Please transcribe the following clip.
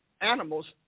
animals